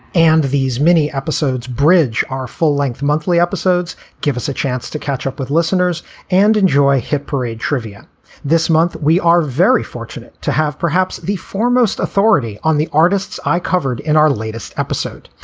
and these mini episodes, bridge, are full length monthly episodes. give us a chance to catch up with listeners and enjoy a hit parade trivia this month. we are very fortunate to have perhaps the foremost authority on the artists i covered in our latest episode.